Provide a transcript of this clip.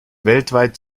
weltweit